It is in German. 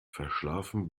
verschlafen